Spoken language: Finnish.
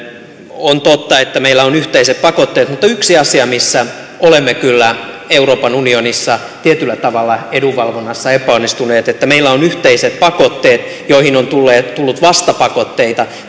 on totta että meillä on yhteiset pakotteet mutta yksi asia missä olemme kyllä euroopan unionissa tietyllä tavalla edunvalvonnassa epäonnistuneet on se että vaikka meillä on yhteiset pakotteet joihin on tullut vastapakotteita